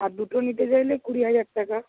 আর দুটো নিতে চাইলে কুড়ি হাজার টাকা